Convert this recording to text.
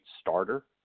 starter